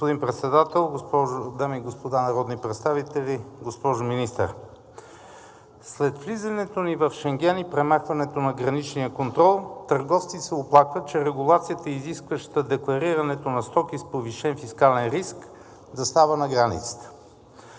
Господин Председател, дами и господа народни представители! Госпожо Министър, след влизането ни в Шенген и премахването на граничния контрол търговци се оплакват, че регулацията, изискваща декларирането на стоки с повишен фискален риск да става на границата